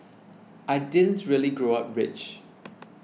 I didn't really grow up rich